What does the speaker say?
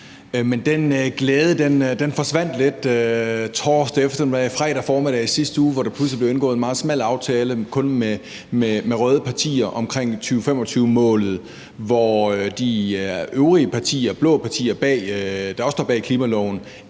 Den glæde forsvandt lidt torsdag eftermiddag og fredag formiddag i sidste uge, hvor der pludselig blev indgået en meget smal aftale kun med røde partier om 2025-målet, og hvor de øvrige partier, de blå partier, der også står bag klimaloven,